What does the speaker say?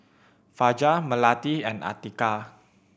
Fajar Melati and Atiqah